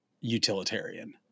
utilitarian